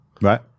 Right